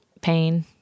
pain